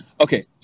Okay